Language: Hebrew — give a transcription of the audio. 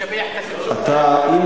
לשבח את הסבסוד, ?